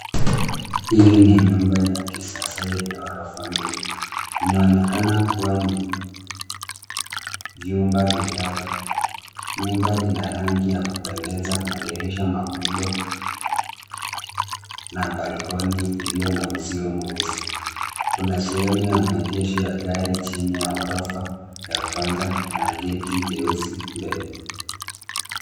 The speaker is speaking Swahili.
Hii ni nyumba ya kisasa yenye orofa mbili, inaonekana kuwa na vyumba vitatu. Nyumba ina rangi ya kupendeza, madirisha makubwa na balkoni iliyo na uzio mweusi. Kuna sehemu ya maegesho ya gari chini ya orofa ya kwanza na geti jeusi mbele.